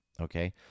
okay